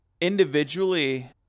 individually